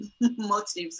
motives